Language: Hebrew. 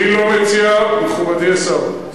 אני לא מציע, מכובדי השר,